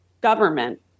government